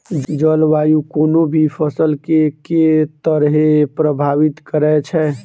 जलवायु कोनो भी फसल केँ के तरहे प्रभावित करै छै?